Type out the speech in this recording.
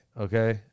okay